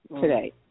today